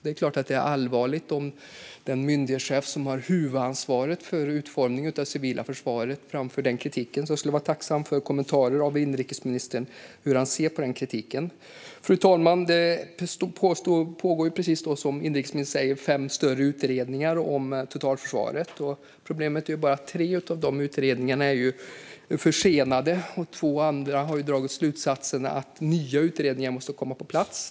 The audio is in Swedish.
Det är klart att det är allvarligt om den myndighetschef som har huvudansvaret för utformningen av det civila försvaret framför denna kritik. Jag skulle därför vara tacksam för kommentarer från inrikesministern om hur han ser på denna kritik. Fru talman! Precis som inrikesministern säger pågår det fem större utredningar om totalförsvaret. Problemet är bara att tre av dessa utredningar är försenade och två andra har dragit slutsatsen att nya utredningar måste komma på plats.